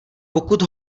pokud